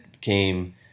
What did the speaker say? came